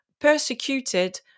persecuted